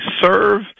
serve